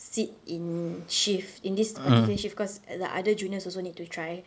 seat in shift in this particular shift because the other juniors also need to try